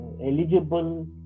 Eligible